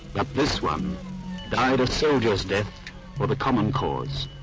but this one died a soldier's death for the common cause.